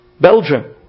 Belgium